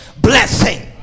blessing